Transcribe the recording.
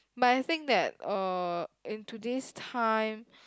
but I think that uh in today's time